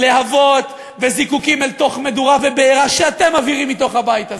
להבות וזיקוקים אל תוך מדורה ובעירה שאתם מבעירים מתוך הבית הזה.